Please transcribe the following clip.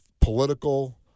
political